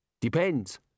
Depends